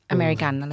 American